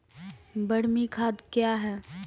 बरमी खाद कया हैं?